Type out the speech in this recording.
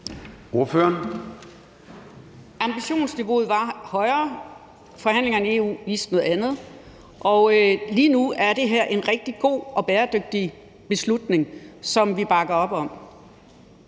Ambitionsniveauet var højere. Forhandlingerne i EU viste noget andet. Lige nu er det her er en rigtig god og bæredygtig beslutning, som vi bakker op om.